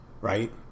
right